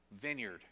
Vineyard